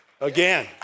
again